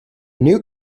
new